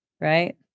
right